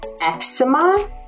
eczema